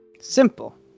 Simple